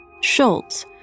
Schultz